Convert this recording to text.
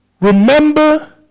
remember